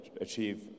achieve